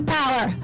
power